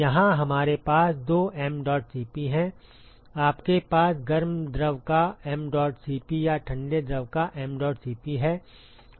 यहां हमारे पास दो mdot Cp हैं आपके पास गर्म द्रव का mdot Cp या ठंडे द्रव का mdot Cp है